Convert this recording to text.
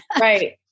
Right